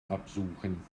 absuchen